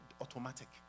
automatic